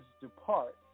depart